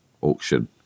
auction